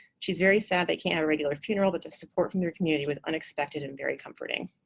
she's very sad they can't have a regular funeral, but the support from their community was unexpected and very comforting.